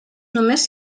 només